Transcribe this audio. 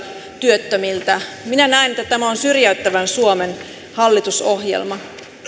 työttömiltä minä näen että tämä on syrjäyttävän suomen hallitusohjelma